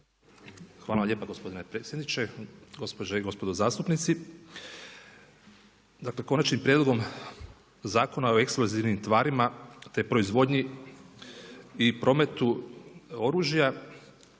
Hvala vam lijepa gospodine predsjedniče. Gospođe i gospodo zastupnici. Dakle Konačni prijedlog Zakona o eksplozivnim tvarima, te proizvodnji i prometu oružja